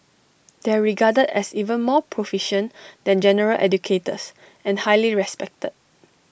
they are regarded as even more proficient than general educators and highly respected